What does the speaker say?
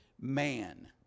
man